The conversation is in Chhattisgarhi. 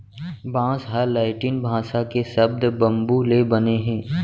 बांस ह लैटिन भासा के सब्द बंबू ले बने हे